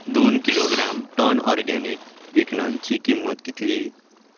दोन kilogram ton organic भिकणांची किंमत कितली